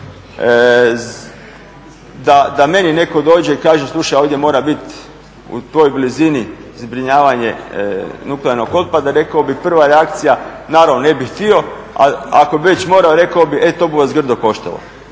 Da meni netko dođe i kaže slušaj ovdje mora biti u tvojoj blizini zbrinjavanje nuklearnog otpada rekao bih prva reakcija naravno ne bih htio, a ako bi već morao rekao bih e to bu vas grdo koštalo.